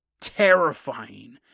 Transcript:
Terrifying